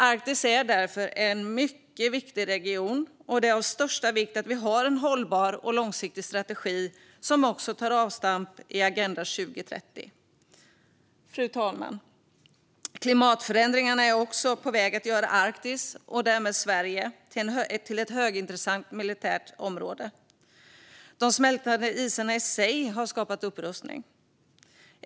Arktis är därför en mycket viktig region, och det är av största vikt att det finns en hållbar och långsiktig strategi som också tar avstamp i Agenda 2030. Fru talman! Klimatförändringarna är också på väg att göra Arktis och därmed Sverige till ett högintressant militärt område. De smältande isarna i sig har skapat upprustning.